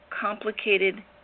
complicated